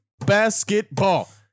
Basketball